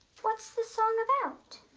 what's the song about?